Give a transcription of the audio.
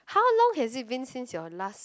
how long he isn't been since your last